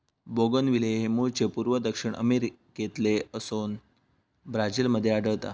bougainvillea हे मूळचे पूर्व दक्षिण अमेरिकेतले असोन ब्राझील मध्ये आढळता